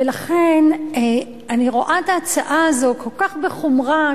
ולכן אני רואה את ההצעה הזאת כל כך בחומרה,